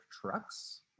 Trucks